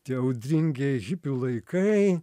tie audringi hipių laikai